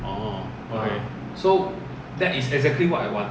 orh okay